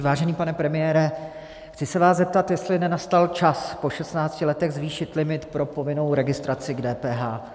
Vážený pane premiére, chci se vás zeptat, jestli nenastal čas po 16 letech zvýšit limit pro povinnou registraci k DPH.